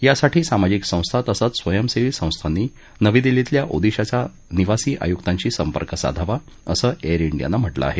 यासाठी सामाजिक संस्था तसंच स्वयसेवी संस्थांनी नवी दिल्लीतल्या ओदिशाच्या निवासी आयुक्तांशी संपर्क साधावा असं एअर इंडियानं म्हालिं आहे